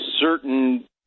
certain